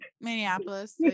Minneapolis